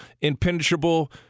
impenetrable